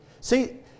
See